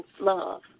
love